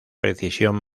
precisión